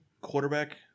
quarterback